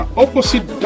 opposite